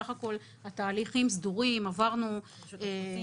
בסך הכול התהליכים סדורים --- גם רשות האוכלוסין.